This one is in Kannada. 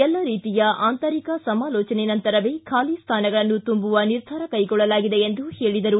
ಎಲ್ಲ ರೀತಿಯ ಆತಂರಿಕ ಸಮಾಲೋಚನೆ ನಂತರವೇ ಬಾಲಿ ಸ್ಟಾನಗಳನ್ನು ತುಂಬುವ ನಿರ್ಧಾರ ಕೈಗೊಳ್ಳಲಾಗಿದೆ ಎಂದರು